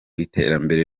iterambere